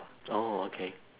orh okay